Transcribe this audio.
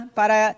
para